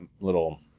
little